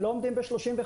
הם לא עומדים ב-35%,